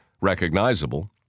recognizable